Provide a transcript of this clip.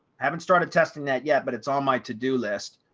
haven't started testing that yet, but it's on my to do list.